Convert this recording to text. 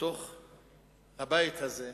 בבית הזה,